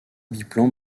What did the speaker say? biplan